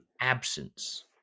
absence